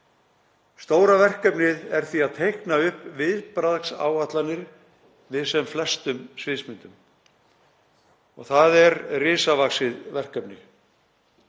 Stóra verkefnið er því að teikna upp viðbragðsáætlanir við sem flestum sviðsmyndum. Það er risavaxið verkefni.